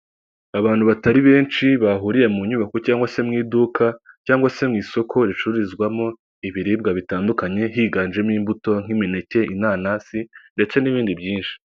Abantu batari benshi bahuriye mu nyubako cyangwa se mu iduka cyangwa se mu isoko ricururizwamo ibiribwa bitandukanye higanjemo imbuto nk'imineke, inanasi ndetse n'ibindi byinshi.